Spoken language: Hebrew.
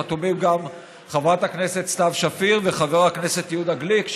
חתומים גם חברת הכנסת סתיו שפיר וחבר הכנסת יהודה גליק,